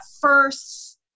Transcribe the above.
first